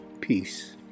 Peace